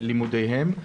לימודיהם.